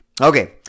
Okay